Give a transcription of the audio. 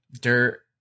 dirt